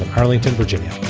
arlington, virginia.